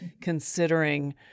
considering